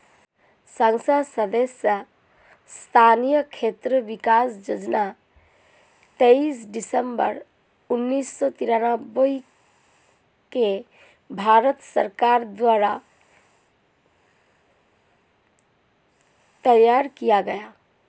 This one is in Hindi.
संसद सदस्य स्थानीय क्षेत्र विकास योजना तेईस दिसंबर उन्नीस सौ तिरान्बे को भारत सरकार द्वारा तैयार किया गया